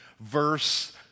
verse